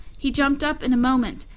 he jumped up in a moment,